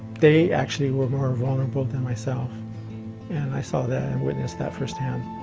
they actually were more vulnerable than myself and i saw that and witnessed that firsthand.